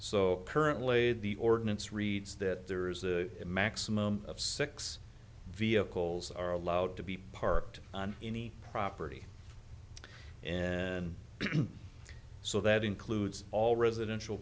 so currently the ordinance reads that there is a maximum of six vehicles are allowed to be parked on any property and so that includes all residential